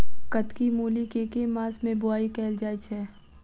कत्की मूली केँ के मास मे बोवाई कैल जाएँ छैय?